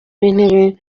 w’intebe